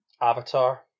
Avatar